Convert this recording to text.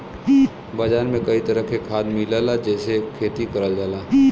बाजार में कई तरह के खाद मिलला जेसे खेती करल जाला